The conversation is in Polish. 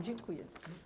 Dziękuję.